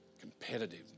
Competitive